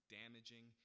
damaging